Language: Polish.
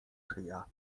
szyja